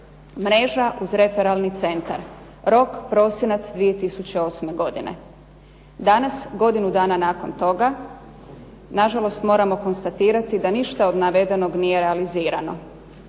mreža uz referalni centar. Rok prosinac 2008. godine. Danas godinu dana nakon toga na žalost moramo konstatirati da ništa od navedenog nije realizirano,